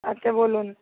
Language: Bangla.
আচ্ছা বলুন